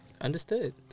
Understood